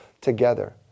together